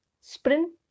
sprint